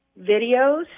videos